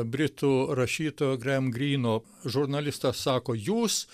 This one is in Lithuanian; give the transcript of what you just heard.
britų rašytojo grem gryno žurnalistas sako jūs